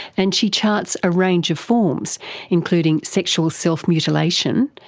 and she charts a range of forms including sexual self-mutilation,